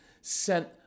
sent